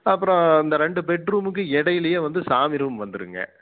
அப்புறம் இந்த ரெண்டு பெட் ரூம்க்கு இடையிலையே வந்து சாமி ரூம் வந்துருங்க